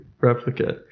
replicate